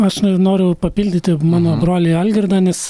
aš nor noriu papildyti mano brolį algirdą nes